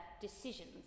decisions